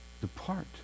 depart